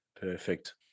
Perfect